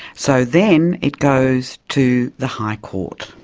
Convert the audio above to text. so then it goes to the high court.